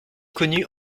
connue